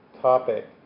topic